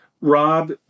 Rob